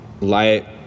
light